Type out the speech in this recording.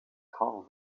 called